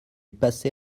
passer